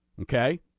Okay